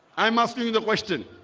i'm asking the question